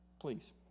Please